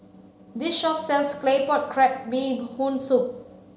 this shop sells claypot crab bee hoon soup